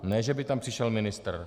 Ne že by tam přišel ministr.